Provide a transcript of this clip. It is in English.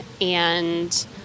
and-